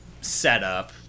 setup